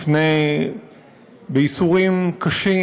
בייסורים קשים.